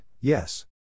yes